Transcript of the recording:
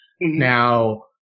Now